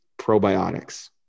probiotics